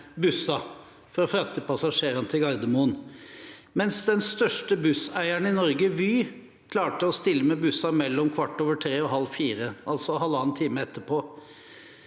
busser for å frakte passasjerene til Gardermoen, mens den største busseieren i Norge, Vy, klarte å stille med busser mellom kl. 15.15 og 15.30, altså halvannen time etterpå.